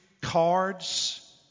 cards